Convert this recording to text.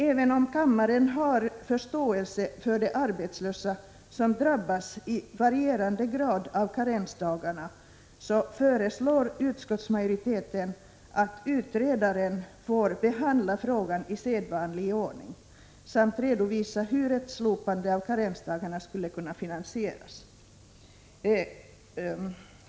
Även om kammaren har förståelse för de arbetslösa som i varierande grad drabbas av karensdagarna, föreslår utskottsmajoriteten att utredaren får behandla frågan i sedvanlig ordning samt redovisa hur ett slopande av karensdagarna skulle kunna finansieras.